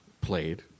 played